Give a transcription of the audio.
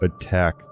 attack